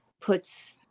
puts